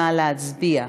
נא להצביע.